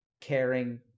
caring